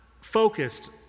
focused